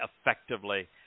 effectively